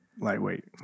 Lightweight